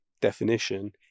definition